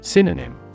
Synonym